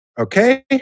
okay